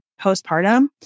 postpartum